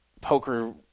poker